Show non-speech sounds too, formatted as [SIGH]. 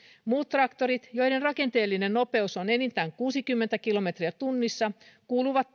muut traktorit joiden rakenteellinen nopeus on enintään kuusikymmentä kilometriä tunnissa kuuluvat [UNINTELLIGIBLE]